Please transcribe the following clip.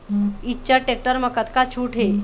Eicher tractor म कतका छूट हे?